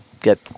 get